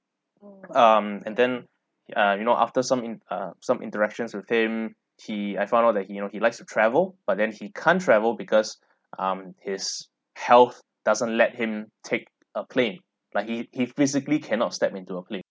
um and then uh you know after some in~ uh some interactions with him he I found out that he know he likes to travel but then he can't travel because um his health doesn't let him take a plane like he he physically cannot step into a plane